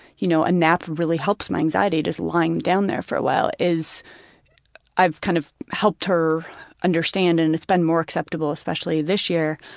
you know, a nap really helps my anxiety, just lying down there for a while, is i've kind of helped her understand and it's been more acceptable especially this year,